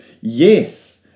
Yes